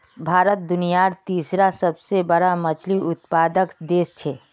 भारत दुनियार तीसरा सबसे बड़ा मछली उत्पादक देश छे